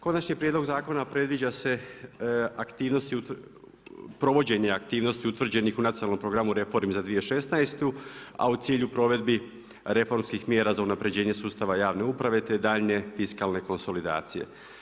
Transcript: Konačni prijedlog zakona predviđa se provođenje aktivnosti utvrđenih u nacionalnom programu reformi za 2016. a u cilju provedbi reformskih mjera za unapređenje sustava javne uprave te daljnje fiskalne konsolidacije.